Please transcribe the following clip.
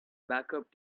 backup